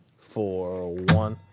four, one,